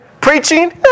Preaching